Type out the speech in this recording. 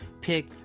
pick